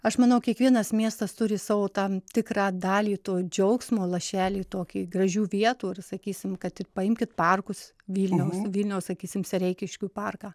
aš manau kiekvienas miestas turi savo tam tikrą dalį to džiaugsmo lašelį tokiai gražių vietų ir sakysim kad ir paimkit parkus vilniaus vilniaus sakysim sereikiškių parką